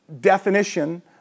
definition